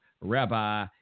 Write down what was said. rabbi